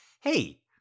hey